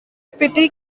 petty